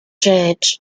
judge